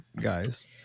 guys